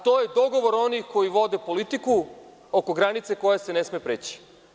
To je dogovor onih koji vode politiku oko granice koja se ne sme preći.